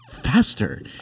Faster